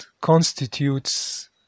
constitutes